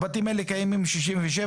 הבתים האלה קיימים מאז 1967,